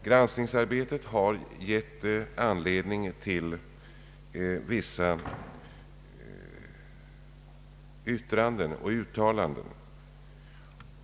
Granskningsarbetet har gett anledning till vissa yttranden och uttalanden.